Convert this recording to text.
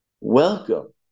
Welcome